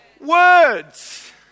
Words